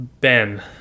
ben